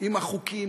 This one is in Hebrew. עם החוקים,